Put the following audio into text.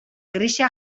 grisa